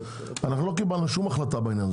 לא קיבלנו שום החלטה בעניין.